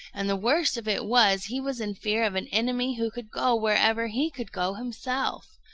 and the worst of it was he was in fear of an enemy who could go wherever he could go himself.